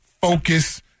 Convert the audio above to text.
focus